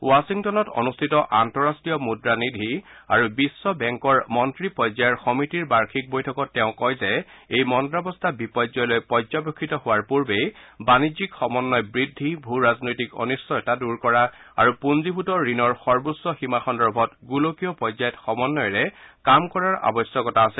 বাশ্বিংটনত অনুষ্ঠিত আন্তঃৰাষ্ট্ৰীয় মুদ্ৰা নিধি আৰু বিশ্ববেংকৰ মন্ত্ৰী পৰ্যায়ৰ সমিতিৰ বাৰ্ষিক বৈঠকত তেওঁ কয় যে এই মন্দাৱস্থা বিপৰ্যয়লৈ পৰ্যবসিত হোৱাৰ পূৰ্বেই বাণিজ্যিক সমন্নয় বৃদ্ধি ভূ ৰাজনৈতিক অনিশ্চয়তা দূৰ কৰা আৰু পুঞ্জীকৃত ঋণৰ সৰ্বোচ্চ সীমা সন্দৰ্ভত গোলকীয় পৰ্যায়ত সমন্বয়েৰে কাম কৰাৰ আৱশ্যকতা আছে